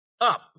up